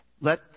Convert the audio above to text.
Let